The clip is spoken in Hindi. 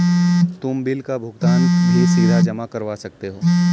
तुम बिल का भुगतान भी सीधा जमा करवा सकते हो